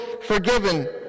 forgiven